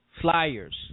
flyers